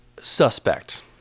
suspect